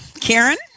Karen